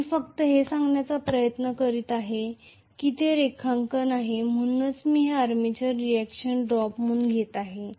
पण मी फक्त हे सांगण्याचा प्रयत्न करीत आहे की ते रेखांकन आहे म्हणूनच मी हे आर्मेचर रिएक्शन ड्रॉप म्हणून घेत आहे